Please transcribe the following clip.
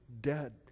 dead